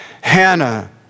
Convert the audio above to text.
Hannah